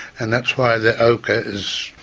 and that's why the ochre is,